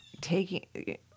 taking